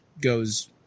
goes